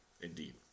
indeed